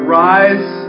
rise